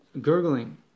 gurgling